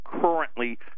currently